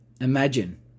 Imagine